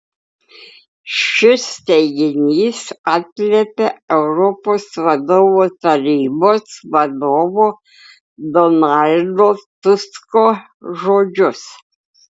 šis teiginys atliepia europos vadovų tarybos vadovo donaldo tusko žodžius